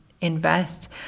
invest